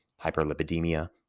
hyperlipidemia